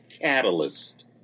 catalyst